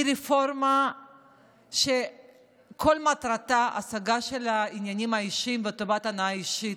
היא רפורמה שכל מטרתה היא השגת העניינים האישיים וטובת הנאה אישית.